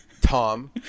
tom